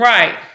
Right